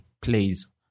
plays